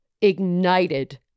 ignited